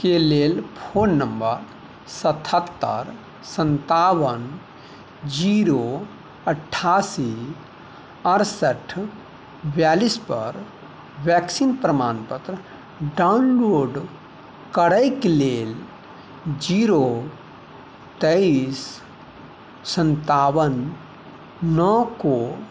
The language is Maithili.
के लेल फोन नंबर सतहत्तरि संतावन जीरो अठासी अरसठ बियालीस पर वेक्सिन प्रमाण पत्र डाउनलोड करैक लेल जीरो तेइस संतावन नओ को